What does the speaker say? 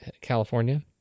California